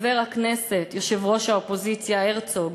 חבר הכנסת יושב-ראש האופוזיציה, הרצוג,